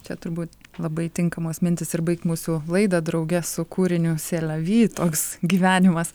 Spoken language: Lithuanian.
čia turbūt labai tinkamos mintys ir baigt mūsų laidą drauge su kūriniu se la vy toks gyvenimas